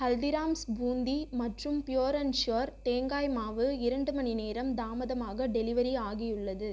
ஹல்திராம்ஸ் பூந்தி மற்றும் pure and sure தேங்காய் மாவு இரண்டு மணிநேரம் தாமதமாக டெலிவரி ஆகியுள்ளது